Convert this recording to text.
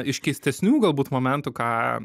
iš keistesnių galbūt momentų ką